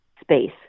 space